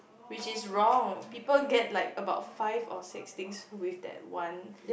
which is wrong people get like about five or six things with that one